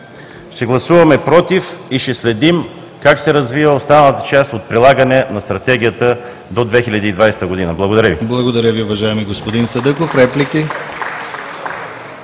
Ще гласуваме „против“ и ще следим как се развива останалата част от прилагане на Стратегията до 2020 г. Благодаря Ви.